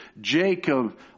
Jacob